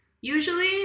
usually